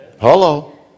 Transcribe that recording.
Hello